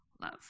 love